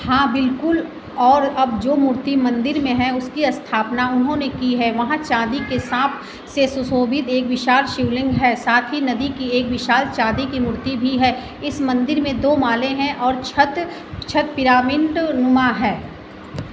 हाँ बिलकुल और अब जो मूर्ति मंदिर में है उसकी स्थापना उन्होंने की है वहाँ चांदी के साँप से सुशोभित एक विशाल शिवलिंग है साथ ही नदी की एक विशाल चांदी की मूर्ति भी है इस मंदिर में दो माले हैं और छत छत पिरामिंटनुमा है